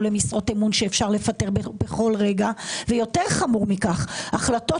למשרות אמון שאפשר לפטר בכל רגע וחמור מכך החלטות